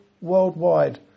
worldwide